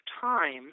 time